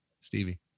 Stevie